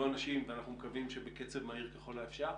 ואנחנו מקווים שבקצב מהיר ככל האפשר.